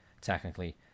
technically